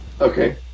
Okay